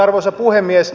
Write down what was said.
arvoisa puhemies